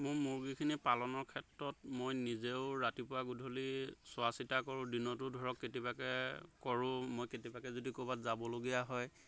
মোৰ মুৰ্গীখিনি পালনৰ ক্ষেত্ৰত মই নিজেও ৰাতিপুৱা গধূলি চোৱা চিতা কৰোঁ দিনতো ধৰক কেতিয়াবাকে কৰোঁ মই কেতিয়াবাকে যদি ক'ৰবাত যাবলগীয়া হয়